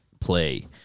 play